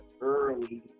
early